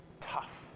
tough